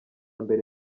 mbere